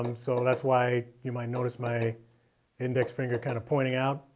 um so that's why you might notice my index finger kind of pointing out,